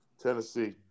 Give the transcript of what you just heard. Tennessee